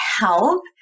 help